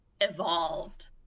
evolved